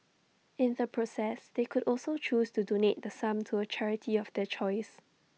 in the process they could also choose to donate the sum to A charity of their choice